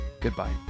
goodbye